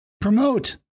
Promote